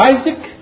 Isaac